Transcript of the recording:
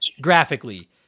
graphically